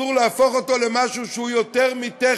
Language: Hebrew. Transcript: ואסור להפוך אותו למשהו שהוא יותר מטכני,